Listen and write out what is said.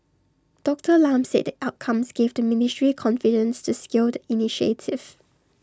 Doctor Lam said the outcomes gave the ministry confidence to scale the initiative